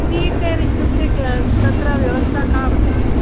three tier इत्युक्ते तत्र व्यवस्था का वर्तते